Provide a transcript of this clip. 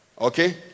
okay